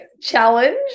challenge